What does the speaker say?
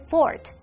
Fort